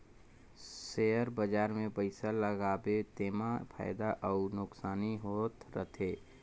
share बजार मे पइसा लगाबे तेमा फएदा अउ नोसकानी होत रहथे